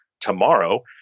tomorrow